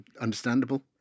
understandable